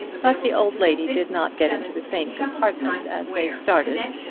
but the old lady did not get into the same compartment as they started,